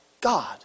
God